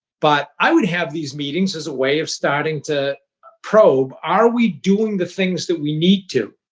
but i would have these meetings as a way of starting to probe, are we doing the things that we need to?